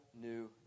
new